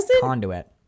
conduit